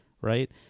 right